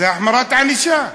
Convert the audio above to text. זה החמרת הענישה.